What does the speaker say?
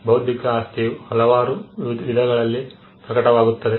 ಬೌದ್ಧಿಕ ಆಸ್ತಿಯು ಹಲವಾರು ವಿಧಗಳಲ್ಲಿ ಪ್ರಕಟವಾಗುತ್ತದೆ